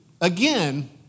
Again